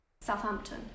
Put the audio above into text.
Southampton